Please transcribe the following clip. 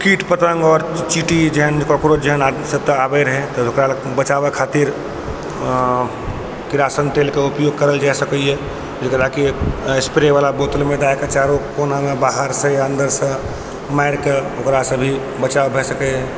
कीट पतङ्ग आओर चीटी जहन कोकरोच जहन सबटा आबै रहै तऽ ओकरासँ बचाबै खातिर किरासन तेलके उपयोग करल जा सकैए जकराकि एस्प्रेवला बोतलमे दऽ कऽ चारो कोनामे बाहरसँ अन्दरसँ मारिकऽ ओकरासँ भी बचाव भऽ सकै अइ